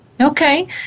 Okay